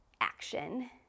action